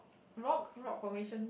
rocks rock formation